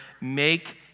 make